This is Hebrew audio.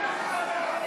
הצעת חוק של ליכודניק,